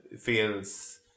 Feels